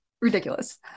Ridiculous